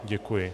Děkuji.